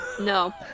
No